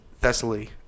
Thessaly